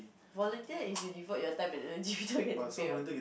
volunteer is you devote your time and energy without getting pay what